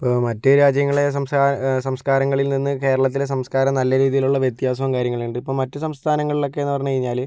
ഇപ്പോൾ മറ്റ് രാജ്യങ്ങളുടെ സംസ്കാരങ്ങളിൽ നിന്ന് കേരളത്തിലെ സംസ്കാരം നല്ല രീതിയിലുള്ള വ്യത്യാസവും കാര്യങ്ങളും ഉണ്ട് ഇപ്പോൾ മറ്റു സംസ്ഥാനങ്ങളിലൊക്കെയെന്ന് പറഞ്ഞു കഴിഞ്ഞാൽ